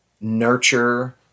nurture